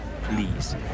please